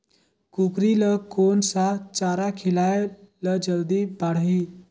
कूकरी ल कोन सा चारा खिलाय ल जल्दी बाड़ही?